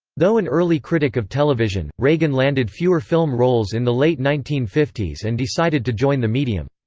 though an early critic of television, reagan landed fewer film roles in the late nineteen fifty s and decided to join the medium.